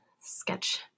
sketch